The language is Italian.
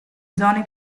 zone